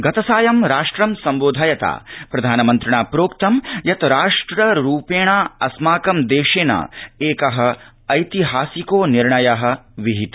गतसायं राष्ट्र संबोधयता प्रधानमन्त्रिणा प्रोक्तं यत राष्ट्ररूपेण अस्माकं देशेन एक ऐतिहासिको निर्णय विहित